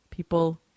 People